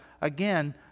again